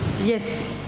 Yes